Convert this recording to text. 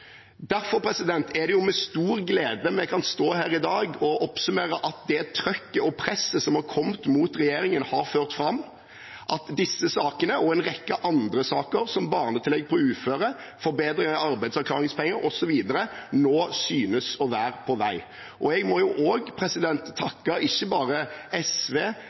Derfor er det med stor glede vi kan stå her i dag og oppsummere at det trykket og presset som har kommet mot regjeringen, har ført fram, at disse sakene og en rekke andre saker – som barnetillegg for uføre, forbedring av arbeidsavklaringspenger osv. – nå synes å være på vei. Jeg må takke ikke bare SV